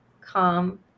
calm